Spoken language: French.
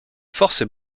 forces